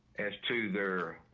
as to they're